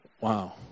Wow